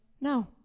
no